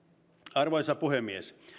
arvoisa puhemies